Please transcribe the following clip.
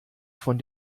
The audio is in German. von